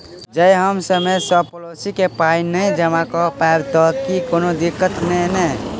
जँ हम समय सअ पोलिसी केँ पाई नै जमा कऽ पायब तऽ की कोनो दिक्कत नै नै?